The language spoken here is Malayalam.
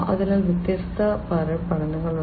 അതിനാൽ വ്യത്യസ്ത തരം പഠനങ്ങളുണ്ട്